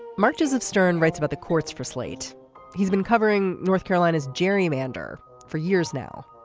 marches of stern writes about the courts for slate he's been covering north carolina's gerrymander for years now.